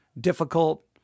Difficult